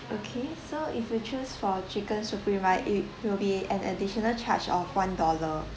okay so if you choose for chicken supreme right it it will be an additional charge of one dollar